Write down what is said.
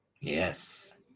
Yes